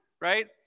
Right